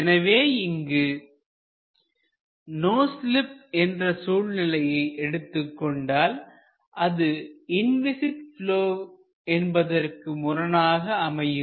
எனவே இங்கு no sleep என்ற சூழ்நிலையை எடுத்துக் கொண்டால் அது இன்விஸிட் ப்லொ என்பதற்கு முரணாக அமையும்